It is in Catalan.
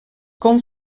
com